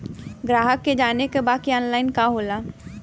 ग्राहक के जाने के बा की ऑनलाइन का होला?